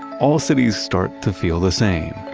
all cities start to feel the same.